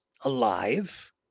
alive